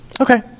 okay